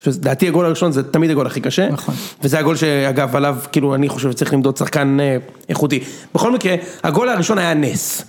שלדעתי הגול הראשון זה תמיד הגול הכי קשה. נכון. וזה הגול שאגב עליו כאילו אני חושב שצריך למדוד שחקן איכותי. בכל מקרה הגול הראשון היה נס.